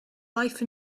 life